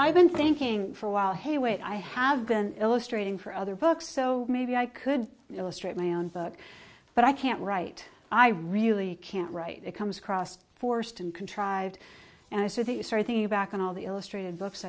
i've been thinking for a while hey wait i have been illustrating for other books so maybe i could illustrate my own book but i can't write i really can't write it comes across forced and contrived and so that you start thinking back on all the illustrated books